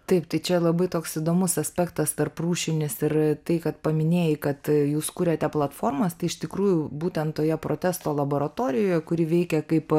taip tai čia labai toks įdomus aspektas tarprūšinis ir tai kad paminėjai kad jūs kuriate platformas tai iš tikrųjų būtent toje protesto laboratorijoje kuri veikia kaip